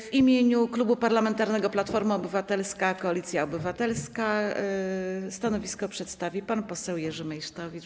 W imieniu Klubu Parlamentarnego Platforma Obywatelska - Koalicja Obywatelska stanowisko przedstawi pan poseł Jerzy Meysztowicz.